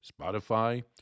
Spotify